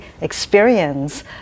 experience